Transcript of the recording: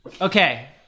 Okay